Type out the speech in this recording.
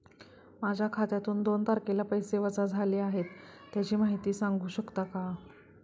माझ्या खात्यातून दोन तारखेला पैसे वजा झाले आहेत त्याची माहिती सांगू शकता का?